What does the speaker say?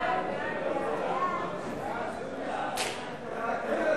ההצעה